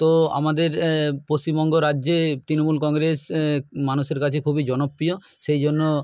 তো আমাদের এ পশ্যিমবঙ্গ রাজ্যে তৃণমূল কংগ্রেস এ মানুষের কাছে খুবই জনপ্রিয় সেই জন্য